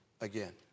again